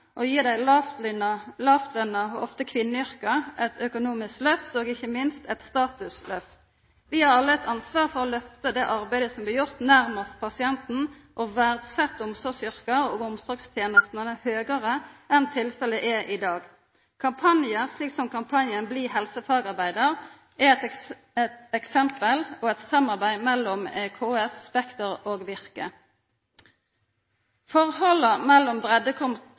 og ofte kvinneyrka eit økonomisk lyft, ikkje minst eit statuslyft. Vi har alle eit ansvar for å lyfta det arbeidet som blir gjort nærmast pasienten, og verdsetja omsorgsyrka og omsorgstenestene høgare enn tilfellet er i dag. Kampanjar, som kampanjen «Bli helsefagarbeidar», er eit eksempel som er resultatet av eit samarbeid mellom KS, Spekter og Virke. Forholda mellom